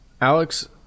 Alex